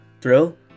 thrill